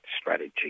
strategy